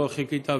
לא חיכית,